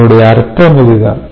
இதனுடைய அர்த்தம் இதுதான்